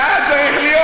ככה להיות.